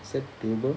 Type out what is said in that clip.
சத்தியமா:sathiyama